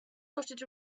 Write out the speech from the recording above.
trotted